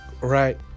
right